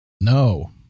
No